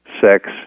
sex